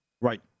right